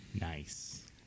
Nice